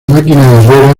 máquina